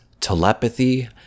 telepathy